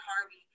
Harvey